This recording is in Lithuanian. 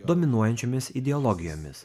dominuojančiomis ideologijomis